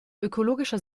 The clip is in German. ökologischer